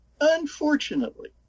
Unfortunately